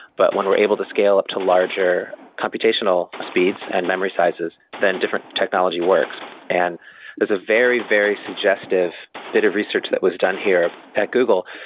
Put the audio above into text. but when we're able to scale up to larger computational speeds and memory sizes, then different technology works and there's a very, very suggestive bit of research that was done here at google.